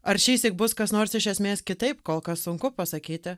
ar šįsyk bus kas nors iš esmės kitaip kol kas sunku pasakyti